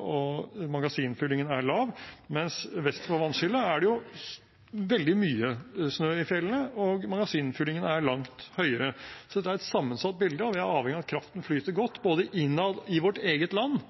og magasinfyllingen er lav, mens det vest for vannskillet er veldig mye snø i fjellene, og magasinfyllingen er langt høyere. Så det er et sammensatt bilde, og vi er avhengige av at kraften flyter godt, både innad i vårt eget land